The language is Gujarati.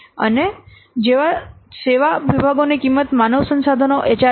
અને જેવા જેવા સેવા વિભાગોની કિંમત માનવસંસાધનો એચઆરએ વિભાગ